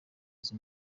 izo